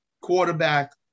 quarterback